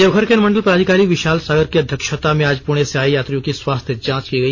देवघर के अनुमंडल पदाधिकारी विशाल सागर की अध्यक्षता में आज पुणे से आये यात्रियों की स्वास्थ्य जांच की गई